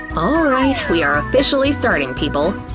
alright, we are officially starting, people!